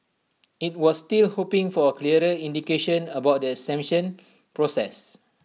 IT was still hoping for A clearer indication about the exemption process